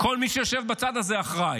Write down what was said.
כל מי שיושב בצד הזה אחראי,